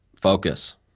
Focus